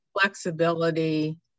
flexibility